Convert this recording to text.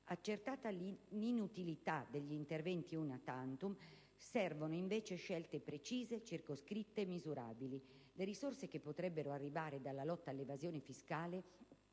Accertata l'inutilità degli interventi *una tantum*, servono invece scelte precise, circoscritte e misurabili. Le risorse che potrebbero arrivare dalla lotta all'evasione fiscale